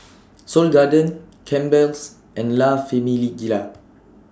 Seoul Garden Campbell's and La Famiglia